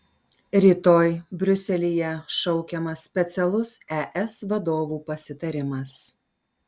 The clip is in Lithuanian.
rytoj briuselyje šaukiamas specialus es vadovų pasitarimas